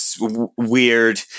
weird